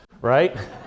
right